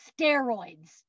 steroids